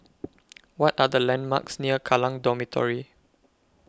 What Are The landmarks near Kallang Dormitory